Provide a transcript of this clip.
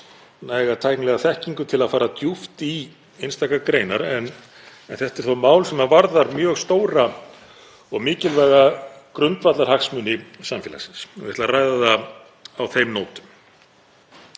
næga tæknilega þekkingu til að fara djúpt í einstakar greinar. En þetta er þó mál sem varðar mjög stóra og mikilvæga grundvallarhagsmuni samfélagsins og ég ætla að ræða það á þeim nótum.